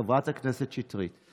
חברת הכנסת שטרית.